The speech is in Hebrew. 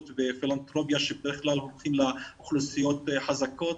ופילנתרופיה שבדרך כלל הולכת לאוכלוסיות החזקות,